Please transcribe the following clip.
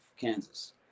kansas